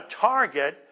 target